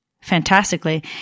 fantastically